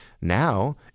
Now